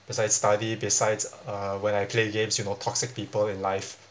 besides study besides uh when I play games you know toxic people in life